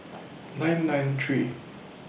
nine nine three